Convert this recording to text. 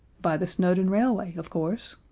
by the snowdon railway of course.